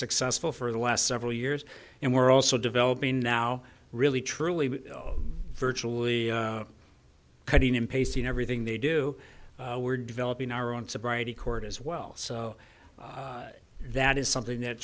successful for the last several years and we're also developing now really truly virtually cutting and pasting everything they do we're developing our own sobriety court as well so that is something that